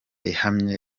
ihamye